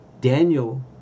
Daniel